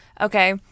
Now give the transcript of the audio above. Okay